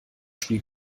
spiel